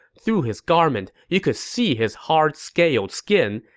through his garment, you could see his hard-scaled skin,